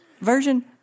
version